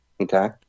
Okay